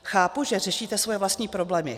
Chápu, že řešíte svoje vlastní problémy.